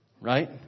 Right